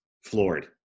floored